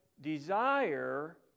desire